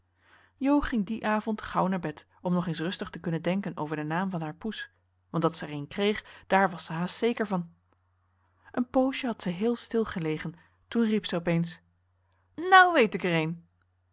ging dien avond gauw naar bed om nog eens rustig te kunnen denken over den naam van haar poes want dat zij er een kreeg daar was ze haast zeker van een poosje had zij heel stil gelegen toen riep zij op eens nou weet ik er een